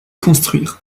construire